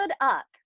up